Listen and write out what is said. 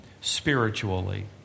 spiritually